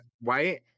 white